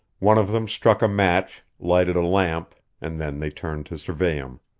one of them struck a match, lighted a lamp, and then they turned to survey him.